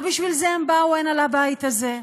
לא בשביל זה הם באו הנה, לבית הזה,